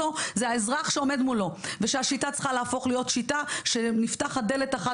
זה האזרח שעומד מולו ושהשיטה צריכה להפוך להיות שיטה שנפתחת דלת אחת